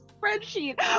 spreadsheet